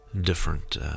different